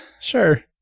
Sure